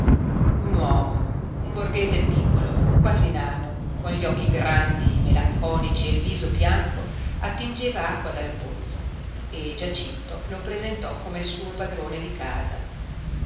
un uomo un borghese piccolo quasi nano con gli occhi grandi melanconici e il viso bianco attingeva acqua dal pozzo e giacinto lo presentò come il suo padrone di casa